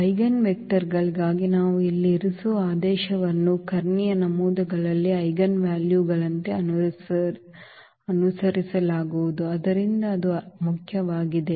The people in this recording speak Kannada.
ಐಜೆನ್ ವೆಕ್ಟರ್ ಗಳಿಗಾಗಿ ನಾವು ಇಲ್ಲಿ ಇರಿಸುವ ಆದೇಶವನ್ನು ಕರ್ಣೀಯ ನಮೂದುಗಳಲ್ಲಿ ಐಜೆನ್ವಾಲ್ಯೂಗಳಂತೆ ಅನುಸರಿಸಲಾಗುವುದು ಆದ್ದರಿಂದ ಅದು ಮುಖ್ಯವಾಗಿದೆ